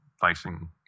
facing